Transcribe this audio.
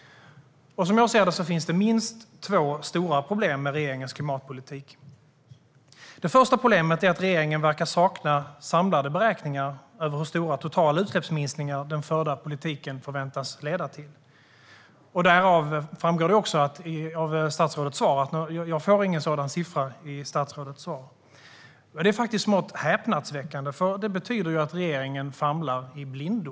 Som jag ser det finns det minst två stora problem med regeringens klimatpolitik. Det första problemet är att regeringen verkar sakna samlade beräkningar över hur stor total utsläppsminskning den förda politiken förväntas leda till. Det framgår också av statsrådets svar att jag inte kommer att få någon sådan siffra. Det är faktiskt smått häpnadsväckande, för det betyder att regeringen famlar i blindo.